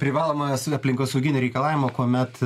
privalomojo aplinkosauginio reikalavimo kuomet